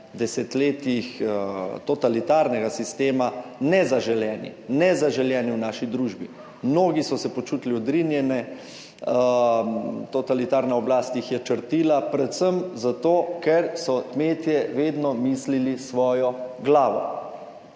desetletjih totalitarnega sistema nezaželeni, nezaželeni v naši družbi, mnogi so se počutili odrinjene, totalitarna oblast jih je črtila predvsem zato, ker so kmetje vedno mislili s svojo glavo.